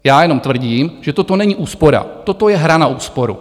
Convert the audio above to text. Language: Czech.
Já jenom tvrdím, že toto není úspora, toto je hra na úsporu.